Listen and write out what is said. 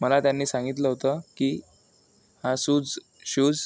मला त्यांनी सांगितले होते की हा सूज शूस